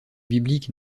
biblique